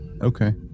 Okay